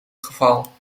geval